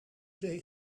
zee